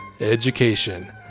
education